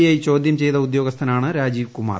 I ചോദ്യം ചെയ്ത ഉദ്യോഗസ്ഥനാണ് രാജീവ് കുമാർ